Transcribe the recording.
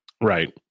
Right